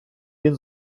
він